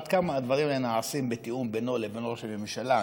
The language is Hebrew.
עד כמה הדברים האלה נעשים בתיאום בינו לבין ראש הממשלה.